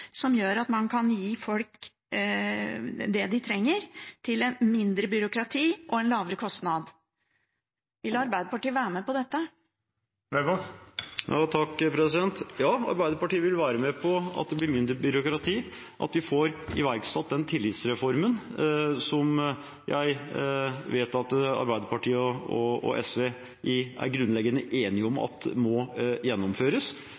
som gjør at man kan gi folk det de trenger, med mindre byråkrati og til en lavere kostnad. Vil Arbeiderpartiet være med på dette? Ja, Arbeiderpartiet vil være med på at det blir mindre byråkrati, og at vi får iverksatt den tillitsreformen som jeg vet at Arbeiderpartiet og SV er grunnleggende enige om at må gjennomføres.